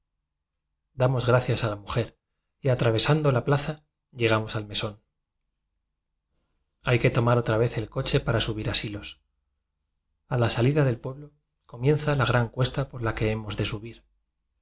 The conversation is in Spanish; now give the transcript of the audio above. damos gracias a la mujer y atravesando la plaza llegamos al mesón hay que tomar otra vez el coche para su bir a silos a la salida del pueblo comienza la gran cuesta por la que hemos de subir